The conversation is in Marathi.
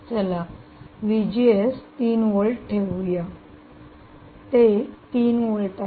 चला 3 व्होल्ट्स ठेवूया ते 3 व्होल्ट आहे